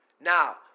Now